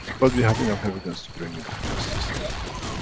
but we have enough evidence to bring him to justice, no problem.